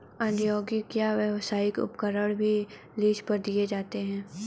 औद्योगिक या व्यावसायिक उपकरण भी लीज पर दिए जाते है